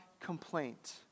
complaint